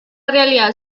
realidad